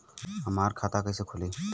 हमार खाता कईसे खुली?